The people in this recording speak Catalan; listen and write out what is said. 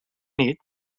nit